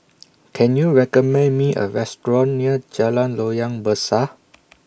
Can YOU recommend Me A Restaurant near Jalan Loyang Besar